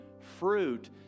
fruit